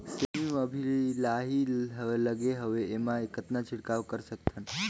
सेमी म अभी लाही लगे हवे एमा कतना छिड़काव कर सकथन?